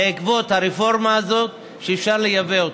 בעקבות הרפורמה הזאת, לייבא אותו.